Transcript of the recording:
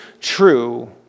true